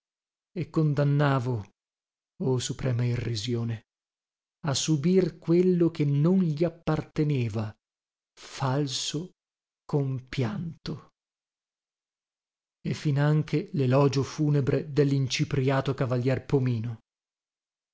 e condannavo oh suprema irrisione a subir quello che non gli apparteneva falso compianto e finanche lelogio funebre dellincipriato cavalier pomino